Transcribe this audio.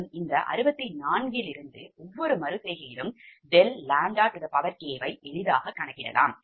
மேலும் இந்த 64 இலிருந்து ஒவ்வொரு மறு செய்கையிலும் ∆ k வை எளிதாக கணக்கிடலாம்